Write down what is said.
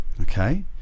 Okay